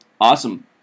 Awesome